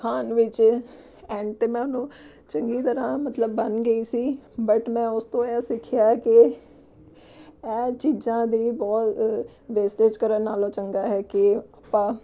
ਖਾਣ ਵਿੱਚ ਐਂਡ 'ਤੇ ਮੈਂ ਉਹਨੂੰ ਚੰਗੀ ਤਰ੍ਹਾਂ ਮਤਲਬ ਬਣ ਗਈ ਸੀ ਬਟ ਮੈਂ ਉਸ ਤੋਂ ਇਹ ਸਿੱਖਿਆ ਕਿ ਇਹ ਚੀਜ਼ਾਂ ਦੀ ਬਹੁਤ ਵੇਸਟੇਜ਼ ਕਰਨ ਨਾਲੋਂ ਚੰਗਾ ਹੈ ਕਿ ਆਪਾਂ